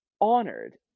honored